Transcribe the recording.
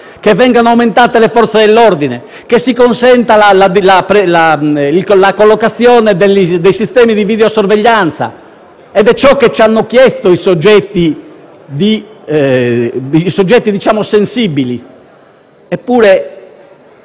vengano potenziate le Forze dell'ordine e si consenta la collocazione dei sistemi di videosorveglianza; questo è ciò che ci hanno chiesto i soggetti sensibili. Eppure,